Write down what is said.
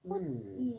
mm